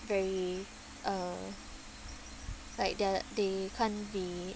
very uh like their they can't be